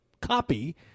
copy